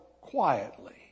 quietly